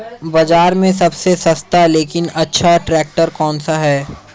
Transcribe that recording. बाज़ार में सबसे सस्ता लेकिन अच्छा ट्रैक्टर कौनसा है?